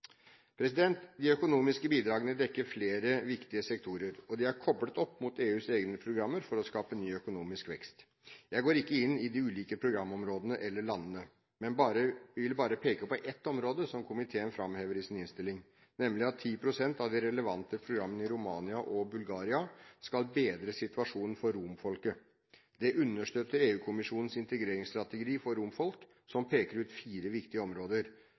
De økonomiske bidragene dekker flere viktige sektorer, og de er koplet opp mot EUs egne programmer for å skape ny økonomisk vekst. Jeg går ikke inn i de ulike programområdene eller landene, men vil bare peke på ett område som komiteen framhever i sin innstilling, nemlig at 10 pst. av de relevante programmene i Romania og Bulgaria skal bedre situasjonen for romfolket. Det understøtter EU-kommisjonens integreringsstrategi for romfolket, som peker ut fire viktige områder: